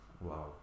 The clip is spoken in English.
Wow